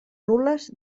nul·les